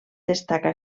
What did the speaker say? destaca